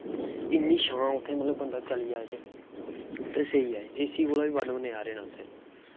इन्नी शां ऐ उत्थें मतलव कि बंदा चली जा ते एसी कोला दा बी बध्द नज़ारे न उत्थें